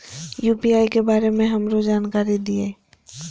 UPI के बारे में हमरो जानकारी दीय?